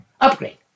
Upgrade